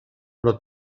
però